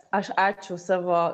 aš ačiū savo